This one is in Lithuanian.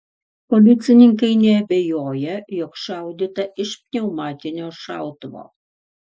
policininkai neabejoja jog šaudyta iš pneumatinio šautuvo